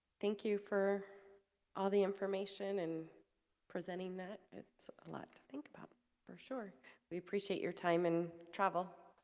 thank you for all the information and presenting that it's a lot to think about for sure we appreciate your time and travel.